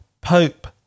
Pope